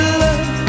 love